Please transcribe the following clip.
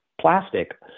plastic